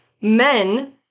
men